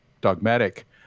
dogmatic